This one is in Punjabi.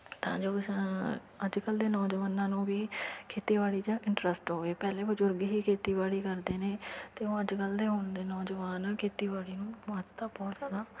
ਤਾਂ ਜੋ ਕਿਸਾਨ ਅੱਜ ਕੱਲ੍ਹ ਦੇ ਨੌਜਵਾਨਾਂ ਨੂੰ ਵੀ ਖੇਤੀਬਾੜੀ 'ਚ ਇੰਟਰਸਟ ਹੋਵੇ ਪਹਿਲੇ ਬਜ਼ੁਰਗ ਹੀ ਖੇਤੀਬਾੜੀ ਕਰਦੇ ਨੇ ਅਤੇ ਉਹ ਅੱਜ ਕੱਲ੍ਹ ਦੇ ਹੁਣ ਦੇ ਨੌਜਵਾਨ ਖੇਤੀਬਾੜੀ ਨੂੰ ਮਹੱਤਤਾ ਬਹੁਤ ਜ਼ਿਆਦਾ